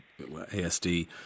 ASD